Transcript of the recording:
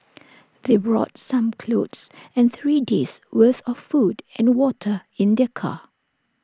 they brought some clothes and three days' worth of food and water in their car